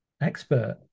expert